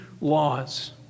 laws